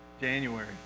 January